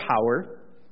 power